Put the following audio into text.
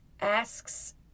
asks